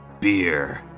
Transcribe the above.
beer